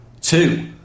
Two